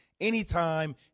anytime